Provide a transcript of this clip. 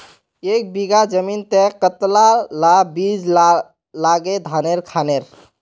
एक बीघा जमीन तय कतला ला बीज लागे धानेर खानेर?